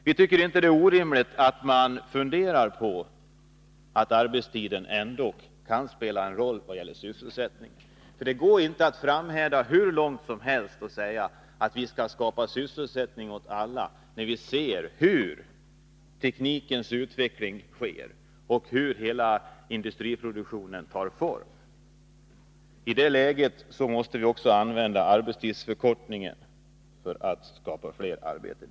Vi anser att det inte är orimligt att arbetstidsförkortningen kan spela en roll när det gäller sysselsättningen. Det går inte att framhärda hur långt som helst och hävda att sysselsättning skall skapas åt alla, när vi ser hur tekniken utvecklas, och hur hela industriproduktionen tar form. I det läget måste vi också använda arbetstidsförkortning för att skapa fler arbeten.